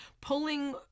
pulling